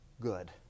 good